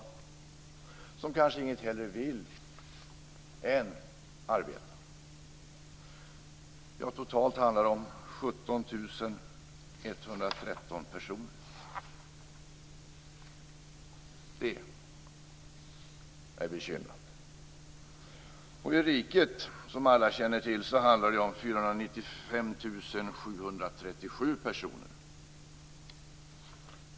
Kanske vill de inget hellre än arbeta. Totalt handlar det i länet om 17 113 personer. Det är bekymrande! I riket handlar det, som alla känner till, om 495 737 personer.